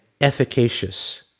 efficacious